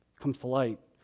comes to light,